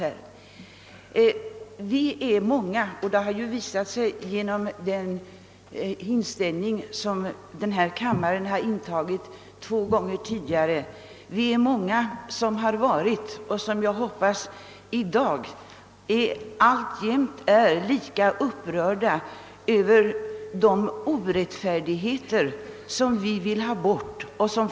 Den positiva inställning som denna kammare två gånger tidigare har visat till motioner med samma innebörd som nu vittnar om att vi är många som varit — och jag hoppas alltjämt är — upprörda över de orättfärdigheter som vi vill ha bort.